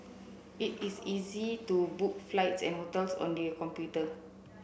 it is easy to book flights and hotels on the computer